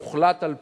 הוחלט על פירוק,